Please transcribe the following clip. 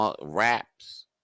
raps